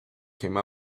came